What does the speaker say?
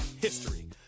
history